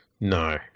No